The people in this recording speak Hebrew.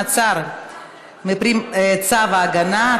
מעצר מפרי צו הגנה),